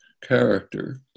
character